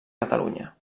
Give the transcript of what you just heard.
catalunya